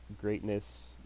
greatness